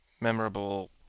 memorable